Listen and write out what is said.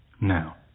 Now